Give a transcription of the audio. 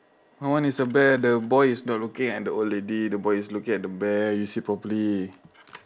my one is a bear the boy is not looking at the old lady the boy is looking at the bear you see properly